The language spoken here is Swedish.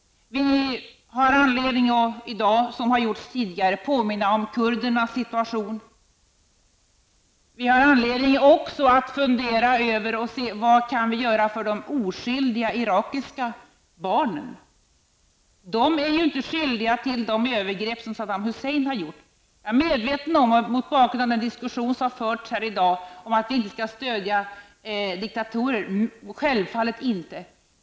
I dag har vi anledning att påminna -- som har gjorts tidigare -- om kurdernas situation. Vi har också anledning att fundera över vad vi kan göra för de oskyldiga irakiska barnen. De är ju inte skyldiga till de övergrepp som Saddam Hussein har gjort. Mot bakgrund av den diskussion som har förts här i dag om att vi inte skall stödja diktatorer, vill jag säga: Självfallet inte.